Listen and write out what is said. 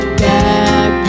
back